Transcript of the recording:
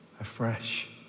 afresh